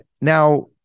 now